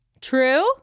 True